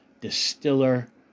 distiller